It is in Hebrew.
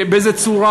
באיזה צורה,